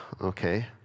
okay